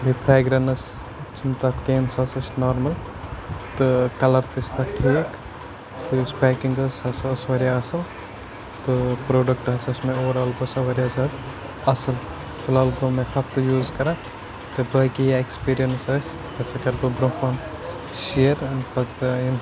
بیٚیہِ فرٛیگریٚنٕس چھِنہٕ تَتھ کِہیٖنۍ سۄ ہسا چھِ نارمَل تہٕ کَلَر تہِ چھِ تَتھ ٹھیٖک بیٚیہِ یۄس پیکِنٛگ ٲسۍ سۄ ہسا ٲسۍ واریاہ اصٕل تہٕ پرڈوکٹہٕ ہسا چھِ مےٚ اُوَرآل باسان واریاہ زیادٕ اصٕل فی الحال گوٚو مےٚ ہفتہٕ یوٗز کران تہٕ بٲقی یہِ ایٚکٕسپیٖرِینٕس ٲسہِ سۄ ہسا کَرٕ بہٕ برۄنٛہہ کُن شیر پَتہٕ یِم